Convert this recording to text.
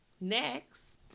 next